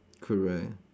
correct